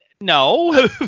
no